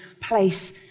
place